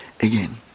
again